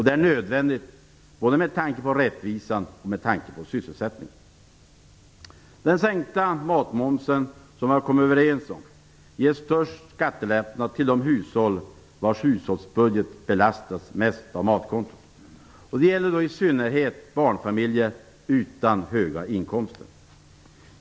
Det är nödvändigt både med tanke på rättvisa och med tanke på sysselsättningen. Den sänkta matmomsen, som vi har kommit överens om, ger störst skattelättnader till de hushåll vars hushållsbudget belastas mest av matkontot. Det gäller i synnerhet barnfamiljer utan höga inkomster.